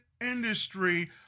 industry